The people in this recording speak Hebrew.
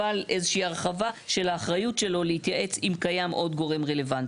אבל בו איזושהי החרבה של האחריות שלו להתייעץ אם קיים עוד גורם רלוונטי.